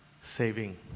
saving